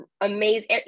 amazing